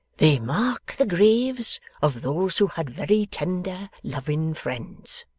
they mark the graves of those who had very tender, loving friends